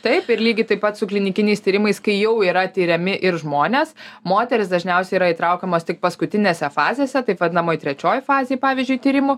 taip ir lygiai taip pat su klinikiniais tyrimais kai jau yra tiriami ir žmonės moterys dažniausiai yra įtraukiamos tik paskutinėse fazėse taip vadinamoj trečioj fazėj pavyzdžiui tyrimų